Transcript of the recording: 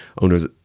owners